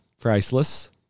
priceless